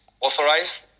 authorized